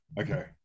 okay